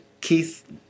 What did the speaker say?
Keith